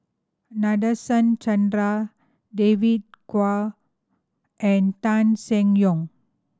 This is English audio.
Nadasen Chandra David Kwo and Tan Seng Yong